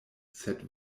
sed